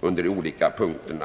under de olika punkterna.